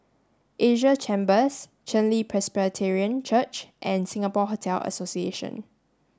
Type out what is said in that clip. Asia Chambers Chen Li Presbyterian Church and Singapore Hotel Association